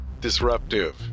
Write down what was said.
disruptive